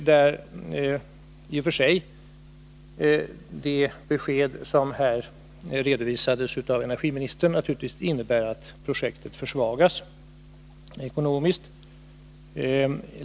Det besked som här redovisats av energiministern innebär naturligtvis att projektet försvagas ekonomiskt.